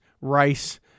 rice